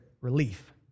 relief